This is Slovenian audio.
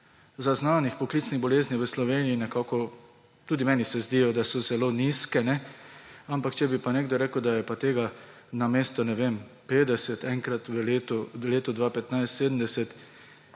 zaznanih poklicnih bolezni v Sloveniji, se tudi meni zdi, da so zelo nizke. Ampak če bi nekdo rekel, da je pa tega namesto, ne vem, 50 v letu 2015, 70,